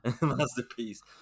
masterpiece